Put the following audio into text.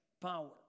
power